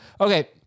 okay